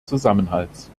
zusammenhalts